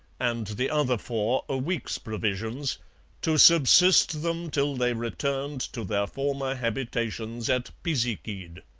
and the other four a week's provisions to subsist them till they returned to their former habitations at pisiquid